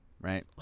right